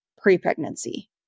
pre-pregnancy